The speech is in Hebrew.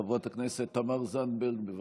חברת הכנסת תמר זנדברג, בבקשה.